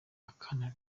akana